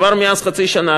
עברה מאז חצי שנה.